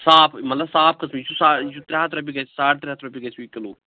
صاف مطلب صاف قٕسٕم یہِ چھُ سا یہِ چھُ ترٛےٚ ہَتھ رۄپیہِ گژھِ ساڑ ترٛےٚ ہَتھ رۄپیہِ گژھِوٕ یہِ کِلوٗ